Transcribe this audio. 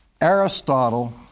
Aristotle